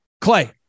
Clay